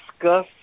discuss